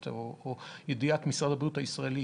לפי ידיעת משרד הבריאות הישראלי,